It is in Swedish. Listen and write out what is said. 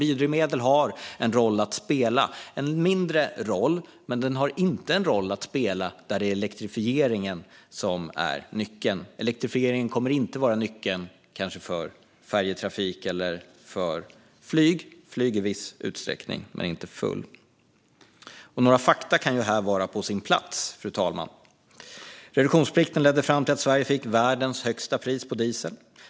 Biodrivmedel har en mindre roll att spela, men de har inte en roll att spela där det är elektrifieringen som är nyckeln. Elektrifieringen kommer kanske inte att vara nyckeln för färjetrafiken. För flyget kan den vara det i viss utsträckning men inte fullt ut. Fru talman! Några fakta kan vara på sin plats. Reduktionsplikten ledde fram till att Sverige fick världens högsta pris på diesel.